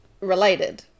related